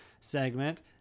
segment